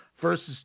versus